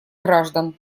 граждан